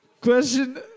Question